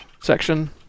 section